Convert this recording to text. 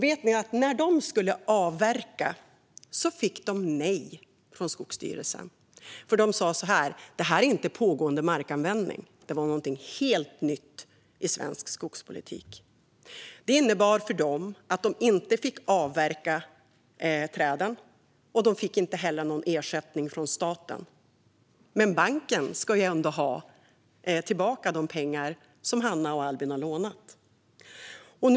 Men när de skulle avverka fick de nej från Skogsstyrelsen, som sa: Det här är inte pågående markanvändning. Det var någonting helt nytt i svensk skogspolitik. Det innebar för Hanna och Albin att de inte fick avverka träden, och de fick inte heller någon ersättning från staten. Men banken ska ju ändå ha tillbaka de pengar som den har lånat ut.